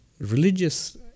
religious